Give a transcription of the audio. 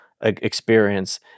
experience